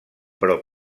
però